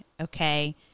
okay